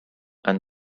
and